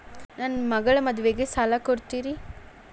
ನನ್ನ ಮಗಳ ಮದುವಿಗೆ ಸಾಲ ಕೊಡ್ತೇರಿ?